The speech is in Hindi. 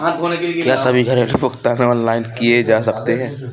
क्या सभी घरेलू भुगतान ऑनलाइन किए जा सकते हैं?